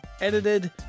edited